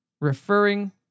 referring